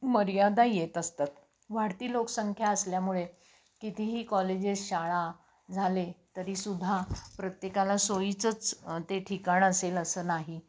मर्यादा येत असतात वाढती लोकसंख्या असल्यामुळे कितीही कॉलेजेस शाळा झाले तरीसुद्धा प्रत्येकाला सोयीचंच ते ठिकाण असेल असं नाही